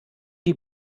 die